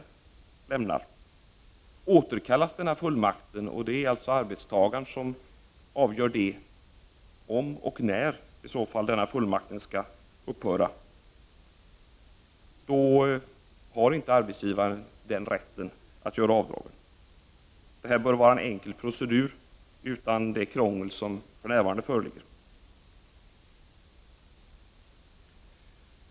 Återkallas denna fullmakt — det är då arbetstagaren som avgör om och när en fullmakt skall upphöra — har arbetsgivaren inte rätt att göra sådana avdrag. Det här bör vara en enkel procedur, alltså utan det krångel som för närvarande föreligger.